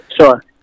sure